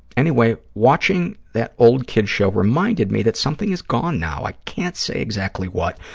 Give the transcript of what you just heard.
anyway, watching that old kids' show reminded me that something is gone now. i can't say exactly what,